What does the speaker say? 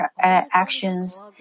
actions